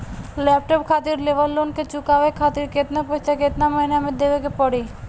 Laptop खातिर लेवल loan के चुकावे खातिर केतना पैसा केतना महिना मे देवे के पड़ी?